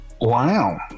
Wow